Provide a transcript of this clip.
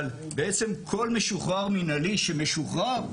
אבל בעצם כל משוחרר מנהלי שמשוחרר,